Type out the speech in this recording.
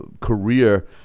career